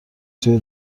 توی